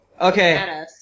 Okay